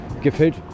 gefällt